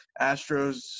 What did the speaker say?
Astros